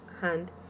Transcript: hand